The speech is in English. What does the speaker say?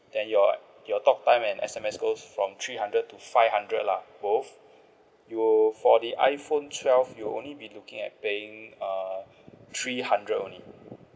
then your your talktime and S_M_S go from three hundred to five hundred lah both you for the iPhone twelve you only be looking at paying err three hundred only